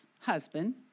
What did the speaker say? husband